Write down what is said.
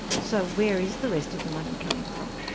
so where is the rest of the money coming from?